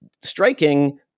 striking